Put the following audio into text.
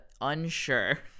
unsure